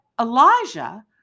Elijah